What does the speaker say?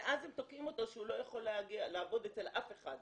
ואז תוקעים אותו שהוא לא יכול לעבוד אצל אף אחד.